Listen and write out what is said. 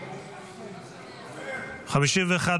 הסתייגות 95 לחלופין א לא נתקבלה.